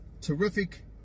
terrific